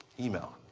email.